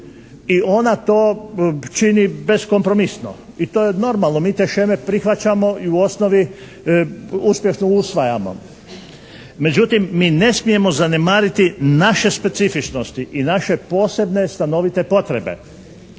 I ona to čini beskompromisno i to je normalno. Mi te šeme prihvaćamo i u osnovi uspješno usvajamo. Međutim, mi ne smijemo zanemariti naše specifičnosti i naše posebne stanovite potrebe